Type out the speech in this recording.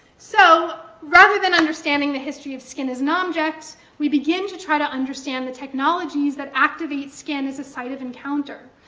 so, rather than understanding the history of skin as an object, we begin to try to understand the technologies that activate skin as a site of encounter.